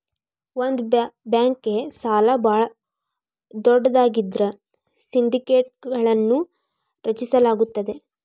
ಒಂದ ಬ್ಯಾಂಕ್ಗೆ ಸಾಲ ಭಾಳ ದೊಡ್ಡದಾಗಿದ್ರ ಸಿಂಡಿಕೇಟ್ಗಳನ್ನು ರಚಿಸಲಾಗುತ್ತದೆ